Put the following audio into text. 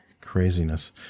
craziness